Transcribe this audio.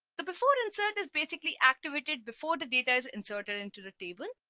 the before insert is basically activated before the data is inserted into the table.